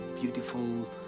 beautiful